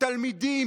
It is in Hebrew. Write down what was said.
תלמידים,